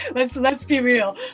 let's let's be real.